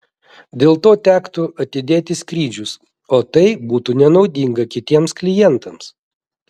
dėl to tektų atidėti skrydžius o tai būtų nenaudinga kitiems klientams